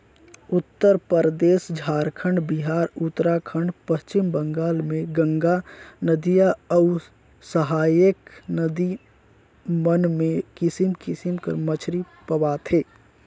उत्तरपरदेस, झारखंड, बिहार, उत्तराखंड, पच्छिम बंगाल में गंगा नदिया अउ सहाएक नदी मन में किसिम किसिम कर मछरी पवाथे